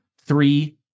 three